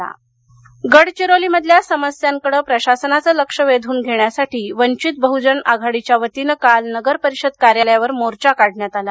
मोर्चा गडचिरोली गडचिरोलीमधल्या समस्यांकडे प्रशासनाचं लक्ष वेधून घेण्यासाठी वंचित बहुजन आघाडीच्या वतीनं काल नगर परिषद कार्यालयावर मोर्चा काढण्यात आला